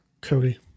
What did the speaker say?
cody